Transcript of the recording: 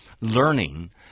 learning